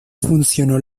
funcionó